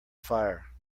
fire